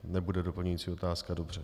Nebude doplňující otázka, dobře.